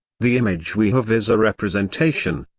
the image we have is a representation,